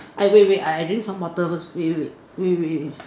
I wait wait I drink some water first wait wait wait wait wait wait wait